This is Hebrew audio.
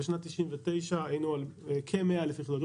בשנת 1999 היינו על כ-100,000 יחידות דיור,